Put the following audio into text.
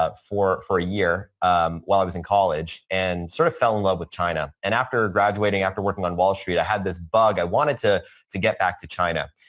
ah for for a year um while i was in college and sort of fell in love with china. and after graduating, after working on wall street, i had this bug. i wanted to to get back to china.